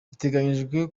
biteganyijwe